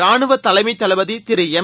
ரானுவ தலைமைத் தளபதி திரு எம்